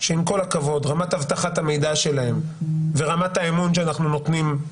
שעם כל הכבוד רמת אבטחת המידע שלהם ורמת האמון שאנחנו נותנים,